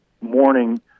morning